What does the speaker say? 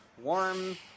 Warm